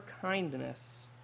kindness